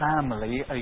family